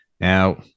Now